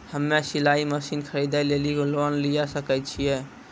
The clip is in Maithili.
हम्मे सिलाई मसीन खरीदे लेली लोन लिये सकय छियै?